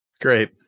Great